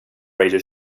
radio